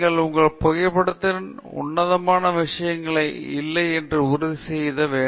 எனவே நீங்கள் உங்கள் புகைப்படத்தில் உன்னதமான விஷயங்கள் இல்லை என்று உறுதி செய்ய வேண்டும்